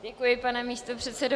Děkuji, pane místopředsedo.